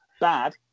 bad